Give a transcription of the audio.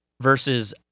versus